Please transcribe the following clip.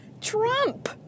Trump